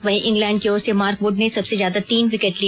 वहीं इंग्लैंड की ओर से मार्क वुड ने सबसे ज्यादा तीन विकेट लिए